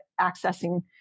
accessing